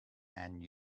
and